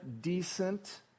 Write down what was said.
decent